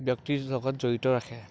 ব্যক্তিৰ লগত জড়িত ৰাখে